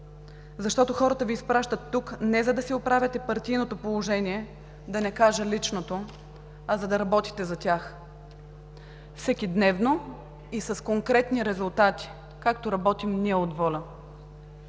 Защото хората Ви изпращат тук не за да си оправяте партийното положение, да не кажа личното, а за да работите за тях всекидневно и с конкретни резултати, както работим ние от ВОЛЯ.